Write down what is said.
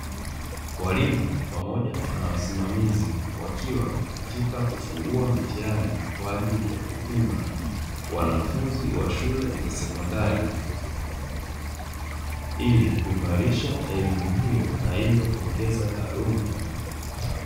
Walimu pamoja na wasimamizi, wakiwa katika kufungua mitihani kwa ajili ya kupima wanafunzi wa shule za sekondari, ili kuimarisha elimu hiyo, na hivyo kuongeza taaluma ya wanafunzi hao.